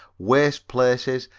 waste places,